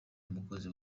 umukozi